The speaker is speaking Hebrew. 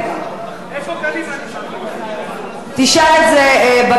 איפה קדימה, תשאל את זה בקואליציה.